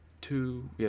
two